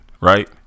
Right